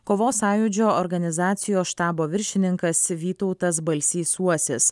kovos sąjūdžio organizacijos štabo viršininkas vytautas balsys uosis